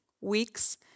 weeks